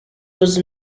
was